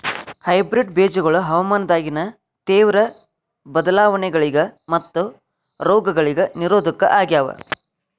hybrid ಬೇಜಗೊಳ ಹವಾಮಾನದಾಗಿನ ತೇವ್ರ ಬದಲಾವಣೆಗಳಿಗ ಮತ್ತು ರೋಗಗಳಿಗ ನಿರೋಧಕ ಆಗ್ಯಾವ